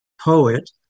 poet